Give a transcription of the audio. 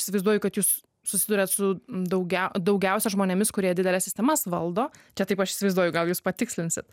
įsivaizduoju kad jūs susiduriat su daugia daugiausia žmonėmis kurie dideles sistemas valdo čia taip aš įsivaizduoju gal jūs patikslinsit